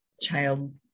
child